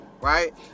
right